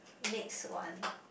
next one